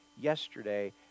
yesterday